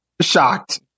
shocked